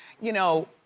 you know,